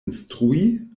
instrui